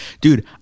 Dude